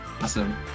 awesome